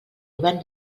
govern